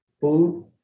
food